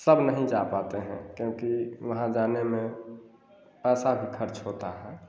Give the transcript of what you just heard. सब नहीं जा पाते हैं क्योंकि वहाँ जाने में पैसा भी खर्च होता है